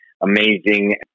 amazing